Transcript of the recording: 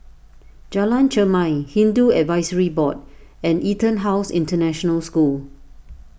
Jalan Chermai Hindu Advisory Board and EtonHouse International School